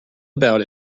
about